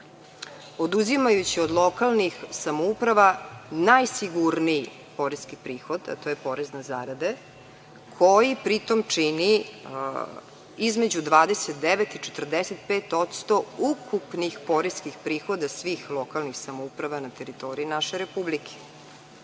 Oduzimajući od lokalnih samouprava najsigurniji poreski prihod, a to je porez na zarade koji pri tom čini između 29 i 45% ukupnih poreskih prihoda svih lokalnih samouprava na teritoriji naše republike. Da